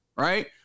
Right